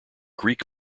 greek